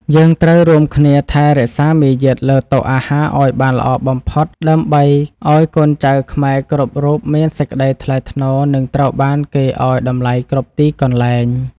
យើងត្រូវរួមគ្នាថែរក្សាមារយាទលើតុអាហារឱ្យបានល្អបំផុតដើម្បីឱ្យកូនចៅខ្មែរគ្រប់រូបមានសេចក្តីថ្លៃថ្នូរនិងត្រូវបានគេឱ្យតម្លៃគ្រប់ទីកន្លែង។